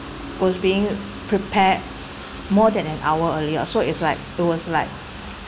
was being prepared more than an hour earlier so it's like it was like